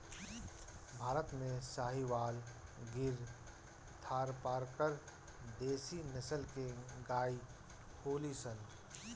भारत में साहीवाल, गिर, थारपारकर देशी नसल के गाई होलि सन